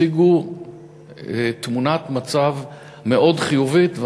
הציגו תמונת מצב מאוד חיובית,